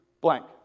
blank